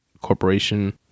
corporation